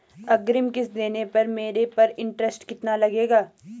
अग्रिम किश्त देने पर मेरे पर इंट्रेस्ट कितना लगेगा?